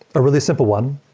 a really simple one,